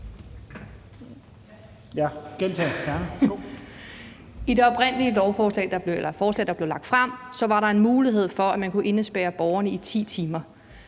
der oprindelig blev fremsat, var der en mulighed for, at man kunne indespærre borgeren i 10 timer.